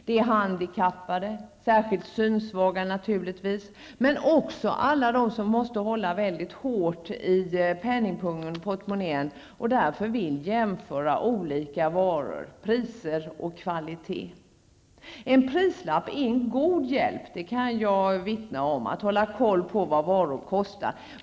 Det är handikappade, särskilt synsvaga naturligtvis, men också alla de som måste hålla väldigt hårt i penningpungen och portmonnän och därför vill jämföra olika varor, priser och kvaliteter. En prislapp är en god hjälp, det kan jag vittna om, för att hålla koll på vad varor kostar.